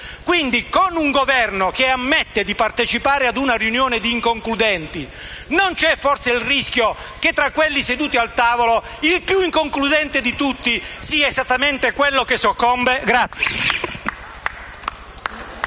Quindi, con un Governo che ammette di partecipare ad una riunione di inconcludenti, non c'è forse il rischio che, tra quelli seduti al tavolo, il più inconcludente di tutti sia esattamente quello che soccombe?